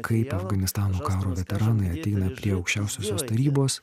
kaip afganistano karo veteranai ateina prie aukščiausiosios tarybos